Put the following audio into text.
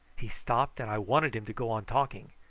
he stopped, and i wanted him to go on talking,